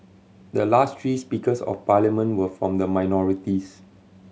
the last three Speakers of Parliament were from the minorities